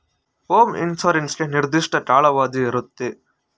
home insurance ಗೆ ನಿರ್ದಿಷ್ಟ ಕಾಲಾವಧಿ ಇರುತ್ತೆ